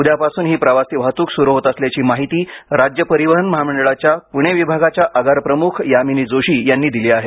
उद्यापासून ही प्रवासी वाहतूक सुरू होत असल्याची माहिती राज्य परिवहन महामंडळाच्या पुणे विभागाच्या आगारप्रमुख यामिनी जोशी यांनी दिली आहे